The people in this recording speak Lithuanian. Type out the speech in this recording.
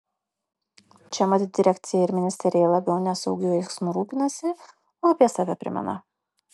čia mat direkcija ir ministerija labiau ne saugiu eismu rūpinasi o apie save primena